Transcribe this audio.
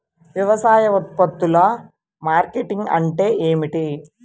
వ్యవసాయ ఉత్పత్తుల మార్కెటింగ్ అంటే ఏమిటి?